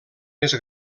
més